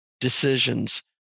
decisions